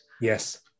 Yes